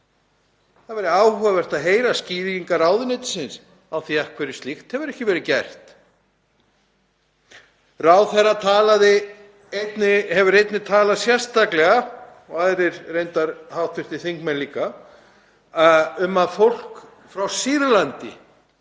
Það væri áhugavert að heyra skýringar ráðuneytisins á því af hverju slíkt hefur ekki verið gert. Ráðherra hefur einnig talað sérstaklega, og reyndar aðrir hv. þingmenn líka, um að fólk frá Sýrlandi